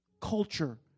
culture